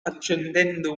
accendendo